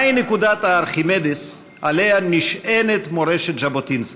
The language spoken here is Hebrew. מהי נקודת ארכימדס שעליה נשענת מורשת ז'בוטינסקי?